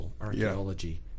archaeology